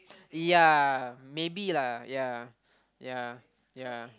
ya maybe lah ya ya ya